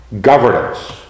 Governance